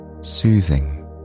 soothing